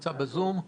נמצא ב-זום?